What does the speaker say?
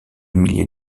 milliers